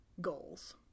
goals